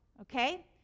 okay